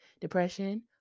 depression